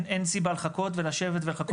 אין סיבה לחכות ולשבת ולחכות.